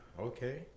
Okay